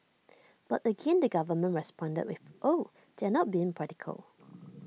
but again the government responded with oh they're not being practical